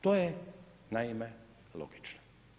To je naime logično.